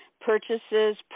purchases